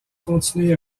continué